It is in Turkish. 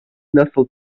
nasıl